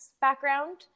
background